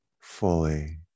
fully